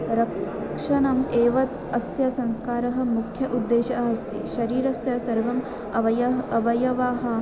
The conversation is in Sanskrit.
रक्षणम् एव अस्य संस्कारः मुख्यः उद्देशः अस्ति शरीरस्य सर्वम् अवयह् अवयवाः